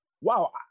wow